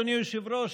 אדוני היושב-ראש,